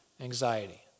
anxiety